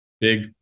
big